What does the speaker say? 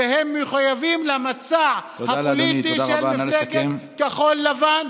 והם מחויבים למצע הפוליטי של מפלגת כחול לבן,